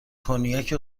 کنیاک